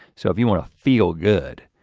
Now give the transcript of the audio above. so if you wanna feel good.